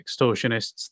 extortionists